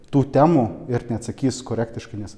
tų temų ir neatsakys korektiškai nes